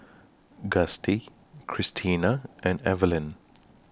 Gustie Christena and Evaline